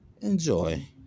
Enjoy